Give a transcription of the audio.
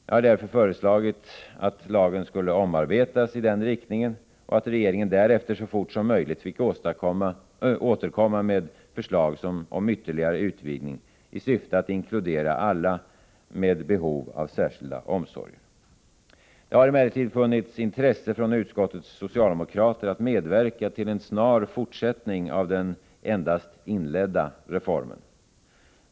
Jag har därför föreslagit att lagen skulle omarbetas i den riktningen och att regeringen därefter så fort som möjligt fick återkomma med förslag om ytterligare utvidgning i syfte att inkludera alla med behov av särskilda omsorger. Det har emellertid funnits intresse från utskottets socialdemokrater att medverka till en snar fortsättning av den endast inledda reformen.